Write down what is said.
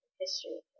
history